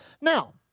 Now